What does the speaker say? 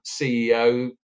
CEO